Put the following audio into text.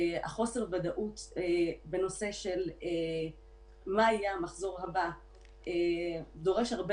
חוסר הוודאות לגבי מה יהיה המחזור הבא דורש הרבה